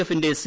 എഫിന്റെ സി